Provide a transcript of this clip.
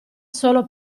solo